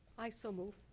i so move.